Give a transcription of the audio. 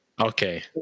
okay